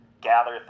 gather